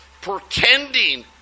pretending